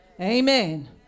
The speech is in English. Amen